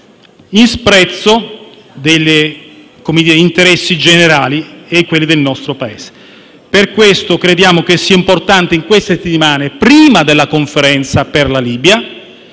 in sprezzo degli interessi generali e di quelli del nostro Paese. Per questo crediamo che sia importante in queste settimane, prima della Conferenza per la Libia,